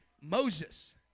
Moses